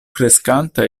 kreskanta